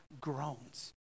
groans